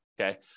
Okay